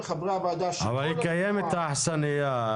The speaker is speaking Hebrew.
אבל היא קיימת, האכסניה.